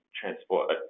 Transport